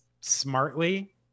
smartly